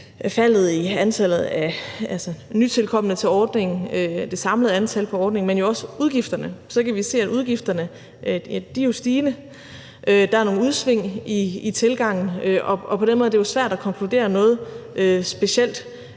faldet i antallet af nytilkomne til ordningen, det samlede antal i ordningen, men jo også udgifterne – kan vi se, at udgifterne er stigende. Der er nogle udsving i tilgangen, og på den måde er det jo svært at konkludere noget specielt